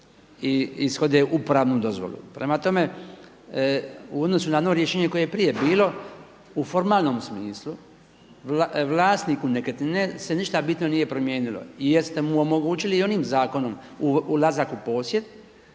i ishode upravnu dozvolu. Prema tome, u odnosu na ono rješenje koje je prije bilo u formalnom smislu, vlasniku nekretnine se ništa bitno nije promijenilo jer ste mu omogućili i onim zakonom ulazak u posjed,